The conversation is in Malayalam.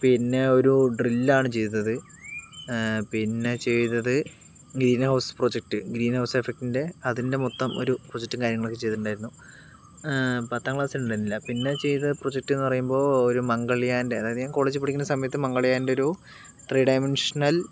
പിന്നെ ഒരു ഡ്രിൽ ആണ് ചെയ്തത് പിന്നെ ചെയ്തത് green house project green house എഫക്ടിന്റെ അതിൻ്റെ മൊത്തം ഒരു പ്രോജക്ടും കാര്യങ്ങളൊക്കെ ചെയ്തിട്ടുണ്ടായിരുന്നു പത്താം ക്ലാസിൽ ഉണ്ടായിരുന്നില്ല പിന്നെ ചെയ്ത പ്രോജക്ട് എന്ന് പറയുമ്പോൾ ഒരു മംഗൾയാൻ്റെ അതായത് ഞാൻ കോളേജിൽ പഠിക്കുന്ന സമയത്ത് മംഗളയാന്റെ ഒരു ത്രീ ഡയമെൻഷണൽ